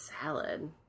salad